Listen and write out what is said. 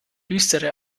düstere